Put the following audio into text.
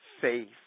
faith